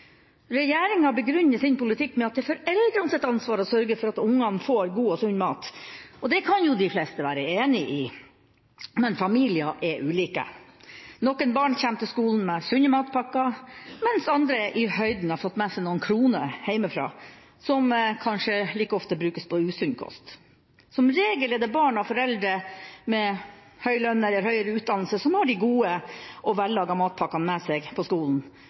Regjeringa begrunner sin politikk med at det er foreldrenes ansvar å sørge for at ungene får god og sunn mat. Det kan jo de fleste være enig i, men familier er ulike. Noen barn kommer til skolen med sunne matpakker, mens andre i høyden har fått med seg noen kroner hjemmefra – som kanskje like ofte brukes på usunn kost. Som regel er det barn av foreldre med høy lønn eller høyere utdannelse som har de gode og vellagde matpakkene med seg på skolen,